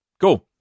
Go